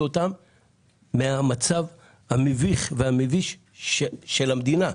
אתם מהמצב המביך והמביש הזה מבחינת המדינה.